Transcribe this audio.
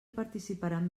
participaran